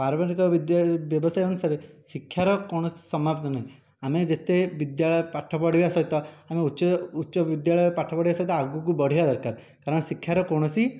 ପାର୍ବନିକ ବିଦ୍ୟା ବ୍ୟବସାୟ ଅନୁସାରେ ଶିକ୍ଷାର କୌଣସି ସମାପ୍ତ ନାହିଁ ଆମେ ଯେତେ ବିଦ୍ୟାଳୟ ପାଠ ପଢ଼ିବା ସହିତ ଆମେ ଉଚ୍ଚ ଉଚ୍ଚ ବିଦ୍ୟାଳୟ ପାଠ ପଢ଼ିବା ସହିତ ଆଗକୁ ବଢ଼ିବା ଦରକାର କାରଣ ଶିକ୍ଷାର କୌଣସି